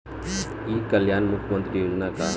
ई कल्याण मुख्य्मंत्री योजना का है?